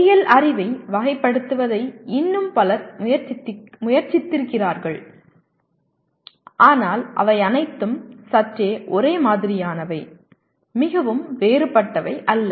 பொறியியல் அறிவை வகைப்படுத்துவதை இன்னும் பலரும் முயற்சித்திருக்கிறார்கள் ஆனால் அவை அனைத்தும் சற்றே ஒரே மாதிரியானவை மிகவும் வேறுபட்டவை அல்ல